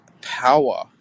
power